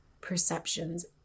perceptions